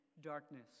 darkness